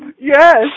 Yes